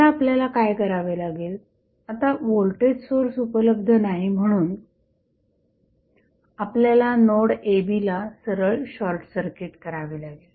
आता आपल्याला काय करावे लागेल आता व्होल्टेज सोर्स उपलब्ध नाही म्हणून आपल्याला नोड a b ला सरळ शॉर्टसर्किट करावे लागेल